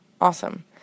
Awesome